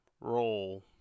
roll